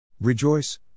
Rejoice